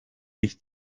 sich